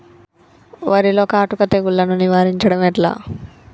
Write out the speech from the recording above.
వరిలో కాటుక తెగుళ్లను నివారించడం ఎట్లా?